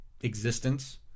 existence